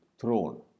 throne